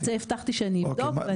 את זה הבטחתי שאני אבדוק.